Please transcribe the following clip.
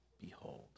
behold